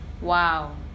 wow